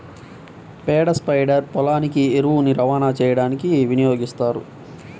పేడ స్ప్రెడర్ పొలానికి ఎరువుని రవాణా చేయడానికి వినియోగిస్తారు